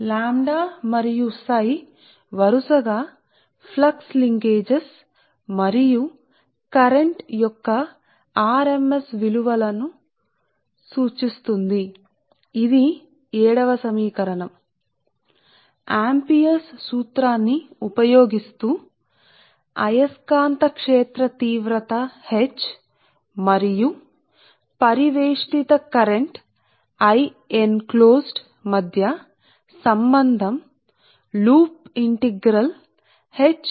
మరియు లాంబ్డా మరియు Ѱ ఫ్లక్స్ లింకేజీల యొక్క RMS విలువలు మరియు ప్రస్తుతము వరుసగా ఇవి RMS విలువలు మరియు ఇది సమీకరణం 7 సరే కాబట్టి మీరు అయితే ఆంపియర్స్ సూత్రాన్ని ఉపయోగించడం అంటే magnetic field intensity అయస్కాంత క్షేత్ర తీవ్రత H కి సంబంధించిన ప్రస్తుత ఆంపియర్స్ సూత్రాన్ని ఉపయోగించడం మరియు i suffix ప్రత్యయం అయిన current enclosed పరివేష్టిత కరెంట్తో కప్పబడి ఉంటుంది i current enclosed కరెంట్ కప్పబడిన ది లేదా i enclosed i కప్పబడినది అయస్కాంత క్షేత్ర తీవ్రత తో సంబంధం కలిగి ఉంది